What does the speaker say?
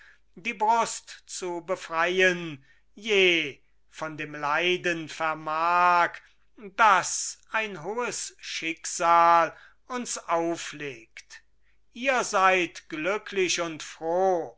die brust zu befreien je von dem leiden vermag das ein hohes schicksal uns auflegt ihr seid glücklich und froh